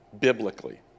biblically